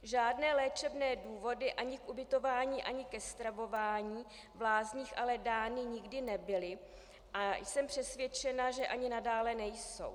Žádné léčebné důvody ani k ubytování ani ke stravování v lázních ale dány nikdy nebyly a jsem přesvědčena, že ani nadále nejsou.